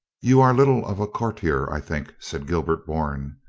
you are little of a courtier, i think, said gilbert bourne.